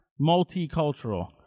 Multicultural